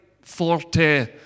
forte